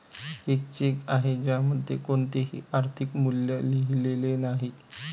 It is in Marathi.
एक चेक आहे ज्यामध्ये कोणतेही आर्थिक मूल्य लिहिलेले नाही